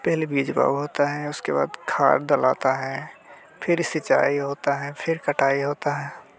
पहले बीज बाग़ होता है उसके बाद खाद डालता है फिर सिंचाई होती है फिर कटाई होती है